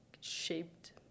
shaped